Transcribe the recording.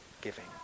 giving